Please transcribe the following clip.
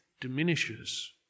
diminishes